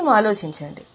కొంచెం ఆలోచించండి